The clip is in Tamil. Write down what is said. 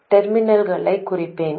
டெர்மினல்களைக் குறிப்பேன்